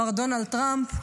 מר דונלד טראמפ.